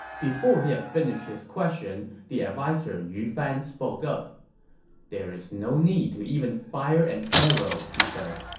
before he had finished his question, the adviser yu fan spoke up there is no need to even fire an arrow, he said.